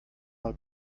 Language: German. mal